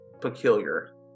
peculiar